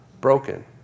Broken